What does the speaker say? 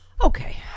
Okay